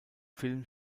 film